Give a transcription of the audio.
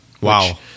Wow